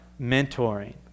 mentoring